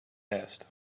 nest